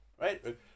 right